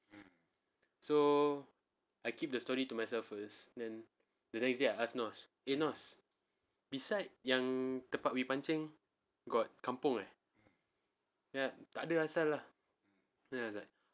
so I keep the story to myself first then the next day I ask nos eh nos beside yang tempat we pancing got kampung ah then tak ada lah then I was like